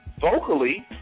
Vocally